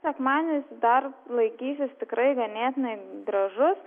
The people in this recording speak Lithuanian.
sekmadienis dar laikysis tikrai ganėtinai gražus